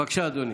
בבקשה, אדוני.